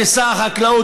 כשר החקלאות,